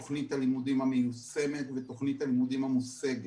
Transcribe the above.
תוכנית הלימודים המיושמת ותוכנית הלימודים המושגת.